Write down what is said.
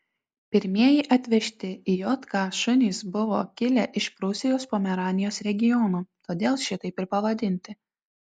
pirmieji atvežti į jk šunys buvo kilę iš prūsijos pomeranijos regiono todėl šitaip ir pavadinti